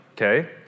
okay